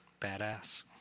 Badass